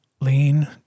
lean